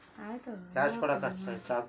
ಗಾಳಿ ಬದಲಾಗೊದು ಹ್ಯಾಂಗ್ ತಿಳ್ಕೋಳೊದ್ರೇ?